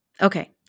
Okay